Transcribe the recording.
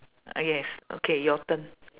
ah yes okay your turn